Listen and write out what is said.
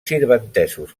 sirventesos